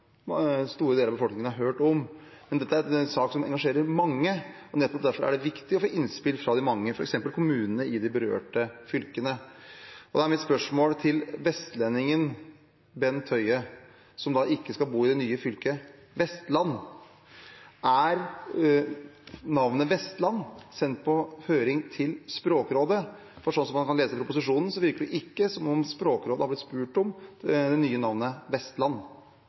har hørt om. Men dette er en sak som engasjerer mange, og nettopp derfor er det viktig å få innspill fra de mange, f.eks. kommunene i de berørte fylkene. Da er mitt spørsmål til vestlendingen Bent Høie, som da ikke skal bo i det nye fylket: Er navnet «Vestland» sendt på høring til Språkrådet? For sånn som man kan lese proposisjonen, virker det ikke som om Språkrådet har blitt spurt om det nye navnet,